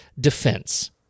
defense